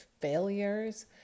failures